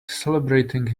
celebrating